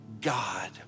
God